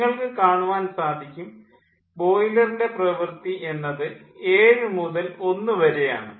നിങ്ങൾക്കു കാണുവാൻ സാധിക്കും ബോയിലറിൻ്റെ പ്രവൃത്തി എന്നത് ഏഴുമുതൽ ഒന്നു വരെ ആണ്